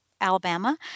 Alabama